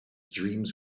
dreams